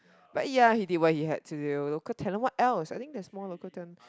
but ya he did what he had to do local talent what else I think that's more local talent